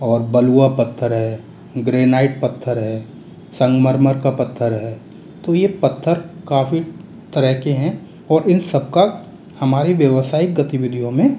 और बलुवा पत्थर है ग्रेनाइट पत्थर है संगमरमर का पत्थर है तो यह पत्थर काफी तरह के हैं और इन सब का हमारे व्यवसायीक गतिविधियों में